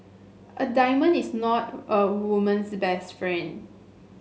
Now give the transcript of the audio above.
a diamond is not a woman's best friend